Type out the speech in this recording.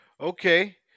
Okay